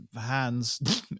hands